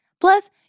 Plus